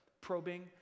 probing